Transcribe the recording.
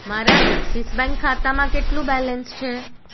મારા Axis bank ખાતામાં કેટલું બેલેન્સ છે